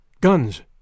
Guns